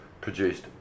produced